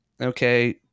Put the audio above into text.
okay